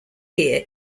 here